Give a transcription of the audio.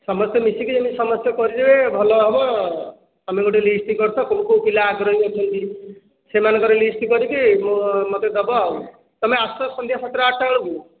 ସମସ୍ତେ ମିଶିକି ଯେମିତି ସମସ୍ତେ କରିବେ ଭଲ ହେବ ତମେ ଗୋଟେ ଲିଷ୍ଟ କରିଥାଅ କେଉଁ କେଉଁ ପିଲା ଆଗ୍ରହୀ ଅଛନ୍ତି ସେମାନଙ୍କ ର ଲିଷ୍ଟ କରିକି ମୋତେ ଦେବ ଆଉ ତମେ ଆସ ସନ୍ଧ୍ୟା ସାତ ଟା ଆଠ ଟା ବେଳକୁ